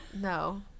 no